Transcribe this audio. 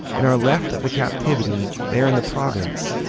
and are left of the captivity there in the province,